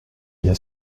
bien